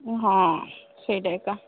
ହଁ ସେଇଟା ଏକା